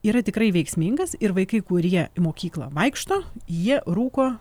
yra tikrai veiksmingas ir vaikai kurie į mokyklą vaikšto jie rūko